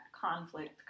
conflict